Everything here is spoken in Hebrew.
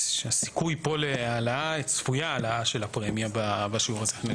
צפויה העלאה של הפרמיה בשיעור הזה.